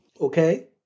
Okay